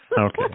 Okay